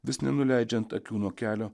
vis nenuleidžiant akių nuo kelio